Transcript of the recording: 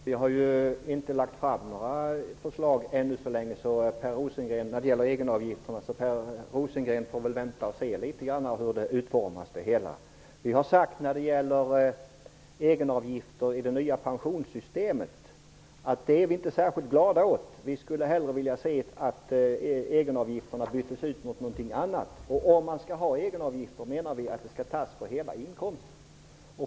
Herr talman! Vi har än så länge inte lagt fram några förslag när det gäller egenavgifterna. Per Rosengren får vänta litet. Sedan får han se hur det hela utformas. Vi har sagt att vi inte är särskilt glada åt egenavgifter i det nya pensionssystemet. Vi skulle hellre se att egenavgifterna byttes ut mot något annat. Men om vi skall ha egenavgifter menar vi att de skall tas ut på hela inkomsten.